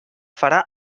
farà